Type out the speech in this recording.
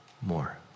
more